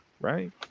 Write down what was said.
right